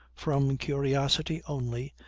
from curiosity only,